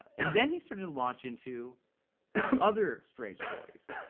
and then he started to launch into other strange stories.